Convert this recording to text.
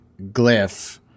glyph